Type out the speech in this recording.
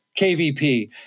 KVP